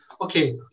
okay